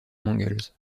mangles